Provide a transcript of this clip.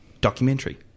documentary